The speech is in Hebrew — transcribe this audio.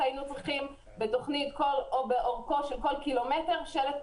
היינו צריכים להציב לאורכו של כל קילומטר שלט.